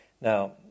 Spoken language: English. Now